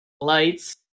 lights